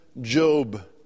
Job